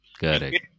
Correct